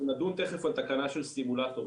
אנחנו נדון תכף על תקנה של סימולטורים